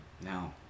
No